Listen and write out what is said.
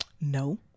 No